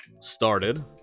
started